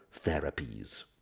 therapies